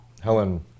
Helen